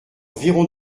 virons